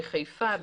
בחיפה,